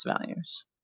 values